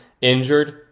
injured